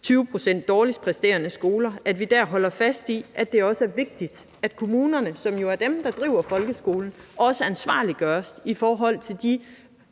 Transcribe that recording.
20 pct.s dårligst præsterende skoler, at vi der holder fast i, at kommunerne, som jo er dem, der driver folkeskolen, også ansvarliggøres i forhold til de